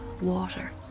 water